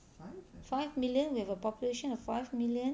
five million we have a population of five million